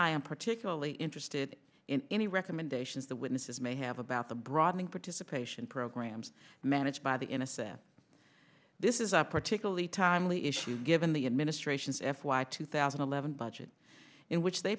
i am particularly interested in any recommendations the witnesses may have about the broadening participation programs managed by the in a sense this is a particularly timely issue given the administration's f y two thousand and eleven budget in which they